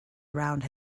around